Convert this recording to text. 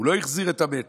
הוא לא החזיר את המת,